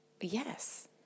Yes